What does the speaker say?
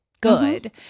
good